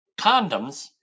condoms